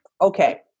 okay